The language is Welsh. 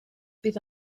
bydd